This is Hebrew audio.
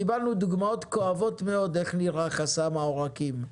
קיבלנו דוגמאות כואבות מאוד איך נראה חסם העורקים: